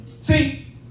See